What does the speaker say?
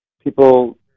People